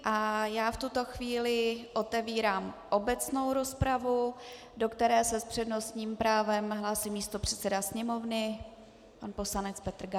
V tuto chvíli otevírám obecnou rozpravu, do které se s přednostním právem hlásí místopředseda sněmovny pan poslanec Petr Gazdík.